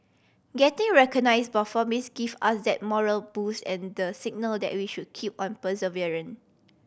getting recognise by Forbes give us that morale boost and the signal that we should keep on